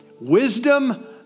Wisdom